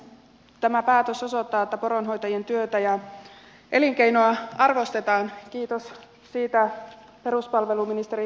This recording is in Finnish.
tämä päätös osoittaa että poronhoitajien työtä ja elinkeinoa arvostetaan kiitos siitä peruspalveluministeri huoviselle